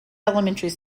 elementary